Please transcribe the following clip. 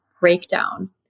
breakdown